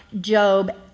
Job